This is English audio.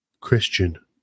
Christian